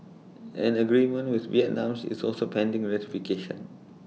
an agreement with Vietnam is also pending ratification